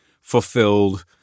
fulfilled